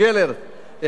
גלרט.